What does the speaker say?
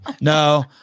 no